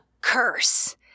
Curse